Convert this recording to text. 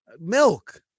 Milk